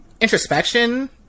introspection